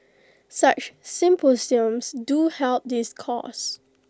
such symposiums do help this cause